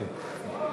ובכן,